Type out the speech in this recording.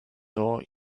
door